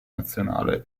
nazionale